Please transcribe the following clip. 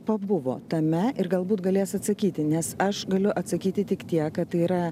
pabuvo tame ir galbūt galės atsakyti nes aš galiu atsakyti tik tiek kad tai yra